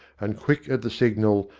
and, quick at the signal,